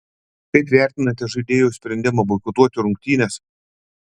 kaip vertinate žaidėjų sprendimą boikotuoti rungtynes